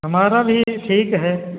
हमारा भी ठीक है